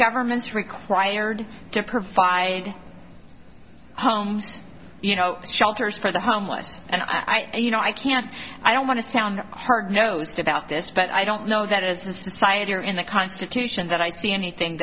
governments required to provide homes you know shelters for the homeless and i you know i can't i don't want to sound hard nosed about this but i don't know that as a society or in the constitution that i see anything